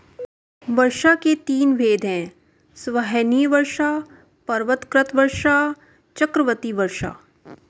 वर्षा के तीन भेद हैं संवहनीय वर्षा, पर्वतकृत वर्षा और चक्रवाती वर्षा